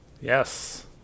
Yes